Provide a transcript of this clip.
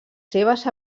seves